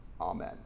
amen